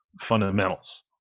fundamentals